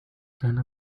كان